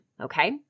okay